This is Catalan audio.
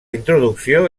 introducció